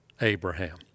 Abraham